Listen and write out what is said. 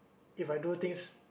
If I do things